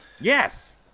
Yes